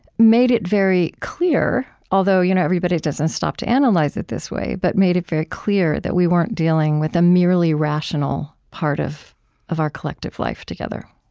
made it very clear although you know everybody doesn't stop to analyze it this way but made it very clear that we weren't dealing with a merely rational part of of our collective life together,